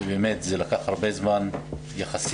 באמת, זה לקח הרבה זמן יחסית.